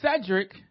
Cedric